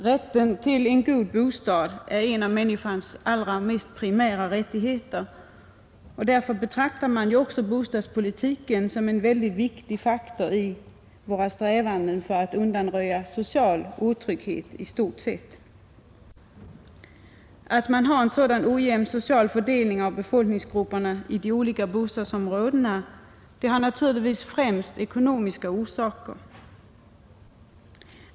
Rätten till en god bostad är en av människans allra mest primära rättigheter, och därför betraktas också bostadspolitiken som en viktig faktor i strävandena att undanröja social otrygghet i stort. Att man har en ojämn social fördelning av befolkningsgrupper i olika bostadsområden har naturligtvis främst ekonomiska orsaker.